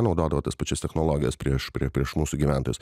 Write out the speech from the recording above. naudodavo tas pačias technologijas prieš prie prieš mūsų gyventus